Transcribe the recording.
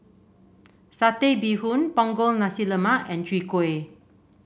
Satay Bee Hoon Punggol Nasi Lemak and Chwee Kueh